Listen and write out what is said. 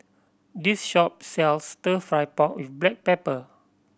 this shop sells Stir Fry pork with black pepper